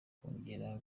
kongera